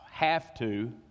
have-to